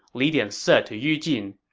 li dian said to yu jin,